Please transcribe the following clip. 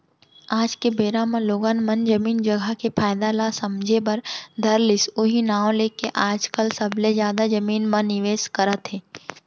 आज के बेरा म लोगन मन जमीन जघा के फायदा ल समझे बर धर लिस उहीं नांव लेके आजकल सबले जादा जमीन म निवेस करत हे